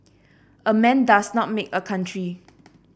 a man does not make a country